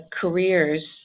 careers